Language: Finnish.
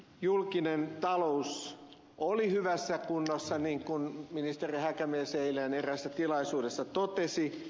julkinen talous oli hyvässä kunnossa niin kuin ministeri häkämies eilen eräässä tilaisuudessa totesi